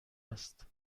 است